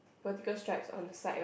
vertical stripes on the side right